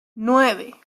nueve